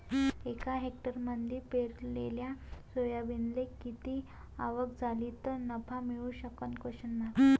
एका हेक्टरमंदी पेरलेल्या सोयाबीनले किती आवक झाली तं नफा मिळू शकन?